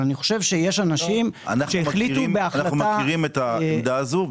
אני חושב שיש אנשים שהחליטו בהחלטה --- אנחנו מכירים את העמדה הזו,